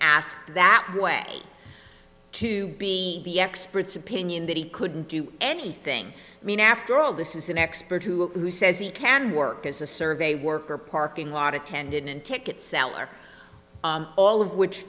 asked that way to be the expert's opinion that he couldn't do anything i mean after all this is an expert who says he can work as a survey worker parking lot attendant ticket seller all of which